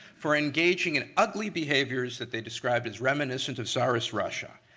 for engaging in ugly behaviors that they describe as reminiscent of tsarist russia.